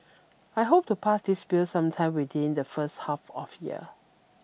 I hope to pass this bill sometime within the first half of year